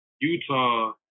Utah